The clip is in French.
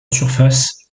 surface